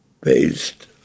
based